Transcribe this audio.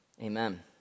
Amen